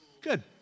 Good